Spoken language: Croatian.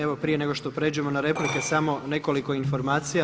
Evo prije nego što pređemo na replike samo nekoliko informacija.